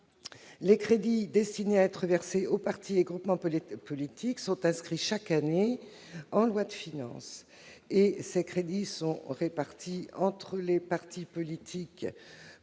Les crédits destinés à être versés aux partis et groupements politiques sont inscrits, chaque année, en loi de finances. Ils sont répartis entre les partis politiques pour